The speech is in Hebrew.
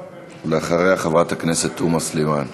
ואחריה, חברת הכנסת תומא סלימאן.